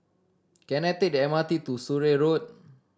can I take the M R T to Surrey Road